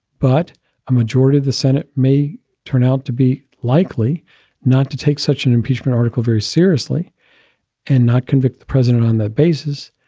but a majority of the senate may turn out to be likely not to take such an impeachment article very seriously and not convict the president on that basis.